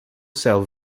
cell